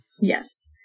Yes